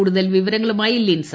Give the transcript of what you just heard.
കൂടുതൽ വിവരങ്ങളുമായി ലിൻസ